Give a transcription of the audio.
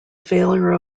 failure